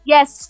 Yes